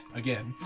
again